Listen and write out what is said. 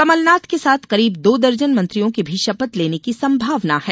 कमलनाथ के साथ करीब दो दर्जन मंत्रियों के भी शपथ लेने की संभावना है